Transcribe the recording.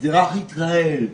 אזרח ישראל,